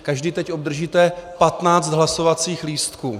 Každý teď obdržíte 15 hlasovacích lístků.